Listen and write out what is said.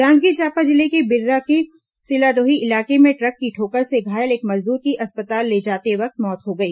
जांजगीर चांपा जिले के बिर्रा के सिलादेही इलाके में ट्रक की ठोकर से घायल एक मजदूर की अस्पताल ले जाते वक्त मौत हो गई